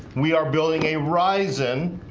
we are building a risin